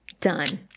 Done